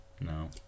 no